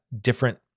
different